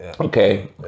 Okay